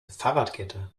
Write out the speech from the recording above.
fahrradkette